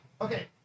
okay